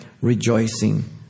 rejoicing